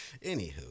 Anywho